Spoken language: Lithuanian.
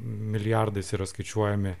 milijardais yra skaičiuojami